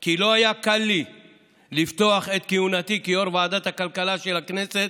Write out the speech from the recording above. כי לא היה לי קל לפתוח את כהונתי כיושב-ראש ועדת הכלכלה של הכנסת,